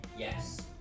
Yes